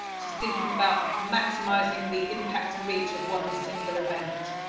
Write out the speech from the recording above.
she is thinking about maximising the impact and reach of one single event.